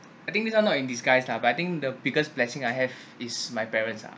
I think this one not in disguise lah but I think the biggest blessing I have is my parents ah